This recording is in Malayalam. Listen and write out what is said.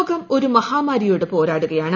ലോകം ഒരു മഹാമാരിയോട് പോരാടുകയാണ്